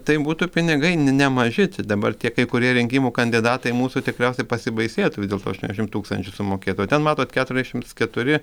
tai būtų pinigai ne nemaži dabar tie kai kurie rinkimų kandidatai mūsų tikriausiai pasibaisėtų dėl to aštuoniasdešimt tūkstančių sumokėtų o ten matot keturiasdešimts keturi